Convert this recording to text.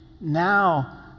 Now